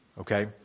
Okay